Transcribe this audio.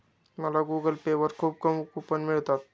मला Google Pay वर खूप कूपन मिळतात